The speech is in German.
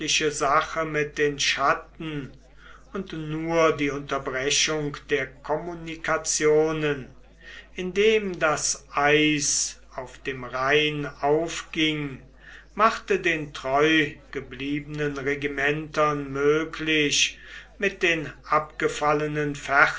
sache mit den schatten und nur die unterbrechung der kommunikationen indem das eis auf dem rhein aufging machte den treu gebliebenen regimentern möglich mit den abgefallenen